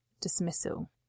dismissal